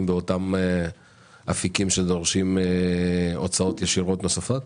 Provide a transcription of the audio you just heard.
באותם אפיקים שדורשים הוצאות ישירות נוספות?